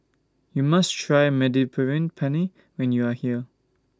YOU must Try Mediterranean Penne when YOU Are here